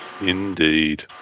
Indeed